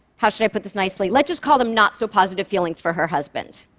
how should i put this nicely, let's just call them not-so-positive feelings for her husband.